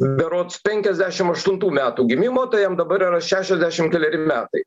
berods penkiasdešim aštuntų metų gimimo tai jam dabar yra šešiasdešim keleri metai